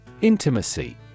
Intimacy